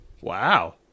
Wow